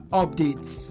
updates